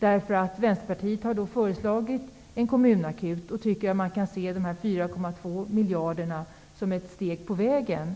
Vänsterpartiet har föreslagit att en kommunakut skall inrättas. Dessa 4,2 miljarder kronor kan betraktas som ett steg på vägen.